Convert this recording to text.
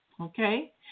okay